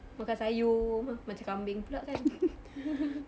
makan sayur macam kambing pula jadi